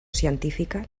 científica